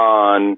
on